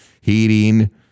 heating